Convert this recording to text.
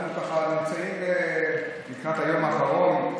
אנחנו נמצאים לקראת היום האחרון,